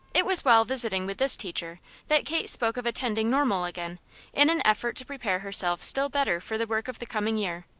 it was while visiting with this teacher that kate spoke of attending normal again in an effort to prepare herself still better for the work of the coming year.